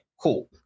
Cool